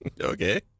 Okay